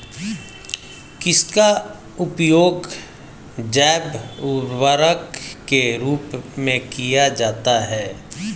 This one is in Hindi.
किसका उपयोग जैव उर्वरक के रूप में किया जाता है?